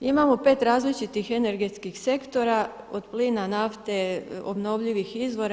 Imamo 5 različitih energetskih sektora od plina, nafte, obnovljivih izvora.